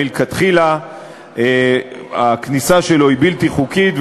מלכתחילה הכניסה שלו היא בלתי חוקית,